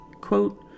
Quote